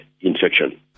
infection